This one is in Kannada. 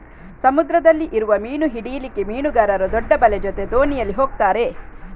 ಸಮುದ್ರದಲ್ಲಿ ಇರುವ ಮೀನು ಹಿಡೀಲಿಕ್ಕೆ ಮೀನುಗಾರರು ದೊಡ್ಡ ಬಲೆ ಜೊತೆ ದೋಣಿಯಲ್ಲಿ ಹೋಗ್ತಾರೆ